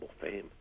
fame